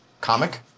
comic